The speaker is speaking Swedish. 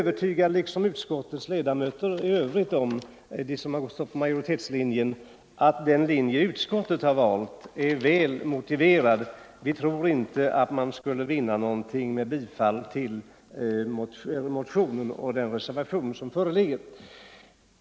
Han är, liksom övriga utskottsledamöter som gått på majoritetslinjen, övertygad om att den linje utskottet har valt är väl motiverad. Vi tror inte att man skulle vinna någonting med bifall till den aktuella motionen och den reservation som föreligger.